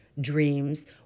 dreams